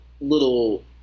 little